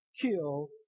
kill